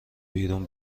بیرون